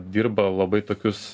dirba labai tokius